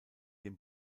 dem